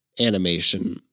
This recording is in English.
animation